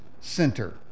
Center